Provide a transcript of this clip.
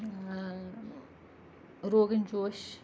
rogan josh